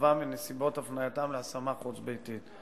מצבם ונסיבות הפנייתם להשמה חוץ-ביתית.